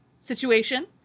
situation